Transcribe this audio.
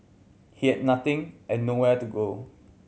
he had nothing and nowhere to go